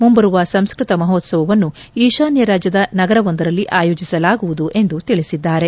ಮುಂಬರುವ ಸಂಸ್ಟತ ಮಹೋತ್ಸವವನ್ನು ಈಶಾನ್ದ ರಾಜ್ಯದ ನಗರವೊಂದರಲ್ಲಿ ಆಯೋಜಿಸಲಾಗುವುದು ಎಂದು ತಿಳಿಸಿದ್ದಾರೆ